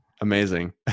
Amazing